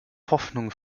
hoffnung